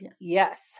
Yes